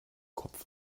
kopf